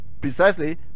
precisely